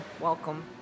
welcome